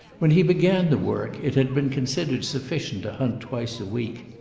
when he began the work, it had been considered sufficient to hunt twice a week.